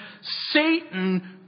Satan